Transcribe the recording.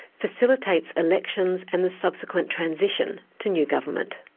facilitates elections and the subsequent transition to new government.